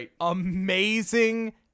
amazing